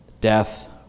death